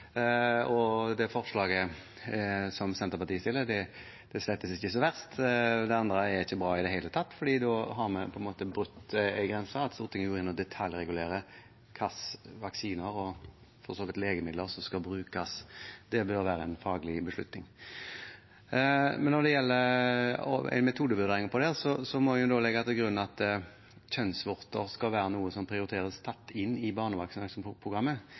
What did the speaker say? Det ville være noe helt nytt. Det forslaget som Senterpartiet stiller med, er slett ikke så verst. Det andre er ikke bra i det hele tatt, for da har vi brutt en grense ved at Stortinget går inn og detaljregulerer hvilke vaksiner og for så vidt legemidler som skal brukes. Det bør være en faglig beslutning. Men når det gjelder en metodevurdering av dette, må en legge til grunn at kjønnsvorter skal være noe som prioriteres